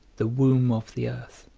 the womb of the earth.